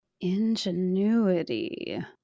Ingenuity